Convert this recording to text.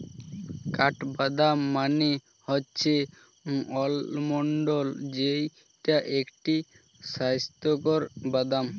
কাঠবাদাম মানে হচ্ছে আলমন্ড যেইটা একটি স্বাস্থ্যকর বাদাম